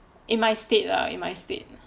in my state lah in my state